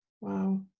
Wow